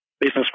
Business